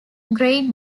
great